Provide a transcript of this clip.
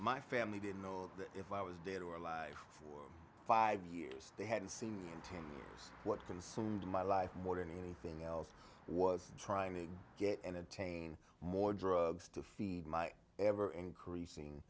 my family didn't know if i was dead or alive for five years they had seen what consumed my life more than anything else was trying to get entertain more drugs to feed my ever increasing